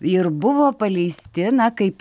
ir buvo paleisti na kaip